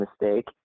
mistake